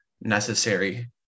necessary